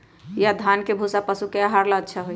या धान के भूसा पशु के आहार ला अच्छा होई?